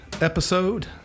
episode